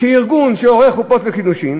כארגון שעורך חופות וקידושין